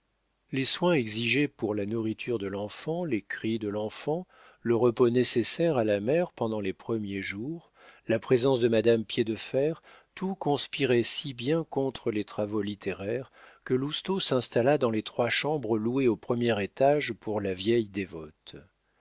les soins exigés pour la nourriture de l'enfant les cris de l'enfant le repos nécessaire à la mère pendant les premiers jours la présence de madame piédefer tout conspirait si bien contre les travaux littéraires que lousteau s'installa dans les trois chambres louées au premier étage pour la vieille dévote